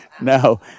No